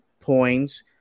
points